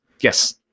Yes